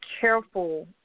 careful